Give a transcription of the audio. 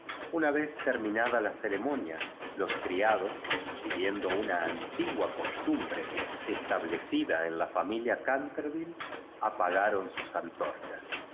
una vez terminada la ceremonia los cria do niguíendo una antigua costumbre calaid crida en la familia canterville apaga ron sus antorchas